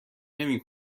نمی